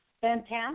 Fantastic